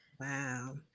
Wow